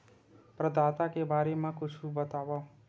प्रदाता के बारे मा कुछु बतावव?